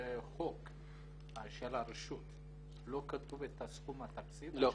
בחוק של הרשות לא כתוב את סכום התקציב השנתי.